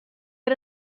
ate